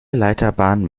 leiterbahnen